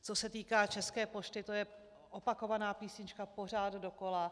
Co se týká České pošty, to je opakovaná písnička pořád dokola.